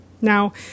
Now